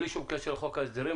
בלי שום קשר לחוק ההסדרים,